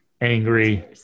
angry